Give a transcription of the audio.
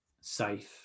safe